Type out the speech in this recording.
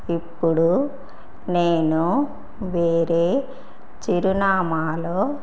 ఇప్పుడు నేను వేరే చిరునామాలో